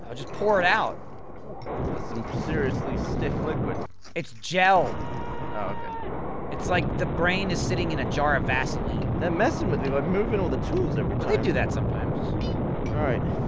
ah just pour it out! that's some seriously stiff liquid it's gel! oh okay it's like the brain is sitting in a jar of vaseline they're messing with me by moving all the tools every time! well they do that sometimes alright